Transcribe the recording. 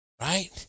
right